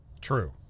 True